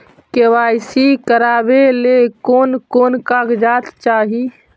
KYC करावे ले कोन कोन कागजात चाही?